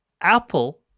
Apple